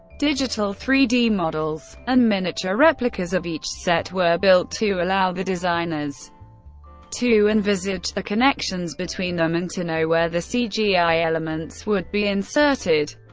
digital three d models and miniature replicas of each set were built to allow the designers to envisage the connections between them and to know where the cgi elements would be inserted.